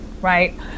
right